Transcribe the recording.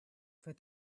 for